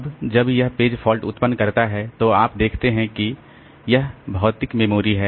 अब जब यह पेज फॉल्ट उत्पन्न करता है तो आप देखते हैं कि यह भौतिक मेमोरी है